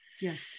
Yes